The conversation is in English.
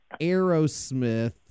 Aerosmith